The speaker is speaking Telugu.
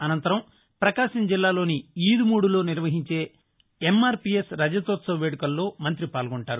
అనంతరం ప్రకాశం జిల్లాలోని ఈదుమూడిలో నిర్వహించే ఎమ్మార్బీఎస్ రజతోత్సవ వేదుకల్లో పాల్గొంటారు